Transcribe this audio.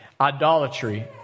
idolatry